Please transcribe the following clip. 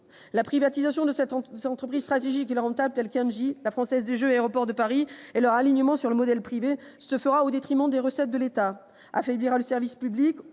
La privatisation d'entreprises stratégiques et rentables, telles qu'Engie, la Française des jeux et Aéroports de Paris, ainsi que leur alignement sur le modèle privé, se fera au détriment des recettes de l'État, affaiblira le service public